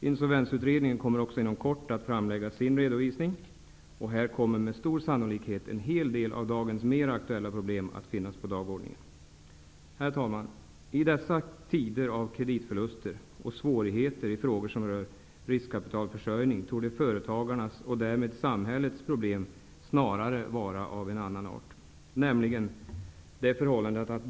Insolvensutredningen kommer inom kort att framlägga sin redovisning, och här kommer med stor sannolikhet en hel del av dagens mer aktuella problem att finnas på dagordningen. Herr talman! I dessa tider av kreditförluster och svårigheter i frågor som rör riskkapitalförsörjning torde företagarnas och därmed samhällets problem snarare vara av en annan art.